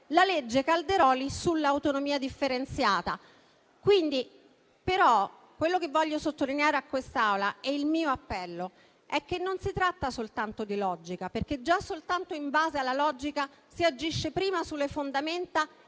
senatore Calderoli sull'autonomia differenziata. Quello che voglio sottolineare a questa Assemblea e il mio appello è che non si tratta soltanto di logica - perché già soltanto in base alla logica si agisce prima sulle fondamenta